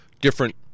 different